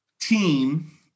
team